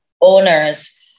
owners